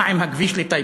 מה עם הכביש לטייבה?